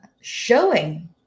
showing